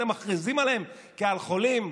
אתם מכריזים עליהם כעל חולים?